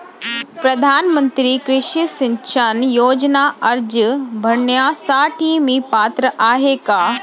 प्रधानमंत्री कृषी सिंचन योजना अर्ज भरण्यासाठी मी पात्र आहे का?